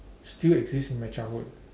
still exist in my childhood